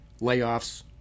layoffs